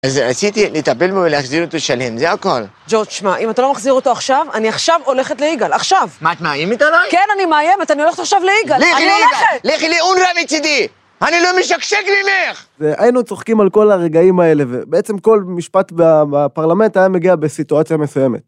‫אז רציתי לטפל בו ולהחזיר אותו שלם, ‫זה הכול. ‫ג'ורג', תשמע, אם אתה לא מחזיר אותו עכשיו, ‫אני עכשיו הולכת ליגאל, עכשיו. ‫מה, את מאיימת עלי? ‫כן, אני מאיימת, אני הולכת עכשיו ליגאל. ‫לכי ליגאל! ‫אני הולכת! ‫לכי לאונרא מצידי! ‫אני לא משקשק ממך! ‫היינו צוחקים על כל הרגעים האלה, ‫ובעצם כל משפט בפרלמנט ‫היה מגיע בסיטואציה מסויימת.